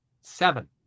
Seven